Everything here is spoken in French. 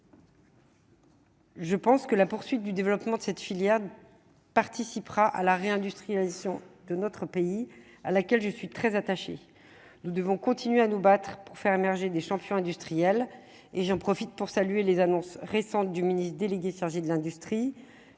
Je pense que la poursuite du développement de cette filière participera à la réindustrialisation de notre pays, à laquelle je suis très attaché, nous devons continuer à nous battre pour faire émerger des champions industriels et j'en profite pour saluer les annonces récentes du ministre délégué chargé de l'industrie